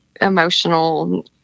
emotional